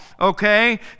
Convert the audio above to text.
Okay